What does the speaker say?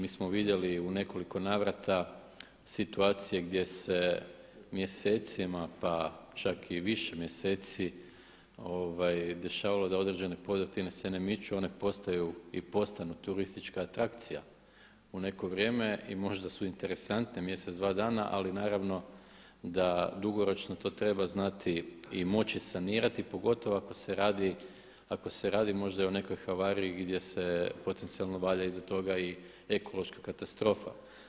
Mi smo vidjeli u nekoliko navrata situacije gdje se mjesecima pa čak i više mjeseci dešavalo da se određene podrtine se ne miču, one postaju i postanu turistička atrakcija u neko vrijeme i možda su interesantne mjesec, dva dana, ali naravno da dugoročno to treba znati moći sanirati, pogotovo ako se radi možda i o nekoj havariji gdje se potencijalno valja iza toga i ekološka katastrofa.